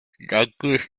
douglas